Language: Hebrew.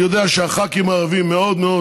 אני יודע שהח"כים הערבים מאוד מאוד